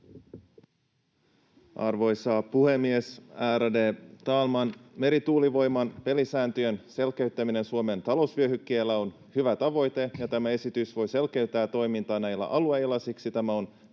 Arvoisa puhemies, ärade talman! Merituulivoiman pelisääntöjen selkeyttäminen Suomen talousvyöhykkeellä on hyvä tavoite, ja tämä esitys voi selkeyttää toimintaa näillä alueilla. Siksi tämä on